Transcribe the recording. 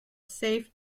safe